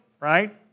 right